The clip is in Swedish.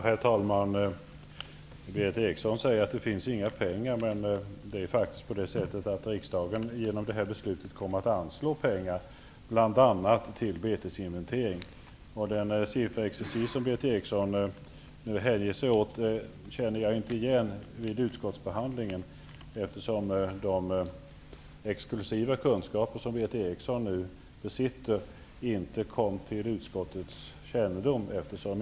Herr talman! Berith Eriksson säger att det inte finns några pengar. I det här beslutet kommer riksdagen faktiskt att anslå pengar, bl.a. till betesinventering. Den sifferexercis som Berith Eriksson hänger sig åt känner jag inte igen från utskottsbehandlingen, eftersom de exklusiva kunskaper som Berith Eriksson besitter inte kom till utskottets kännedom.